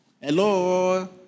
Hello